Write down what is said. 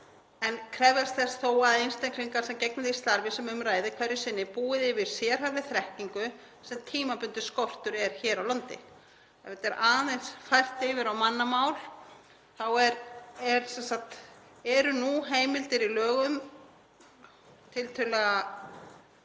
en krefjast þess þó að sá einstaklingur sem gegni því starfi sem um ræðir hverju sinni búi yfir sérhæfðri þekkingu sem tímabundinn skortur er á hér á landi. Ef þetta er aðeins fært yfir á mannamál þá eru nú heimildir í lögum, tiltölulega